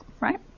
right